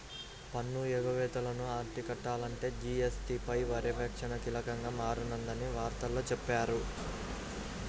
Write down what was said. పన్ను ఎగవేతలను అరికట్టాలంటే జీ.ఎస్.టీ పై పర్యవేక్షణ కీలకంగా మారనుందని వార్తల్లో చెప్పారు